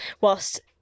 whilst